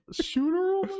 shooter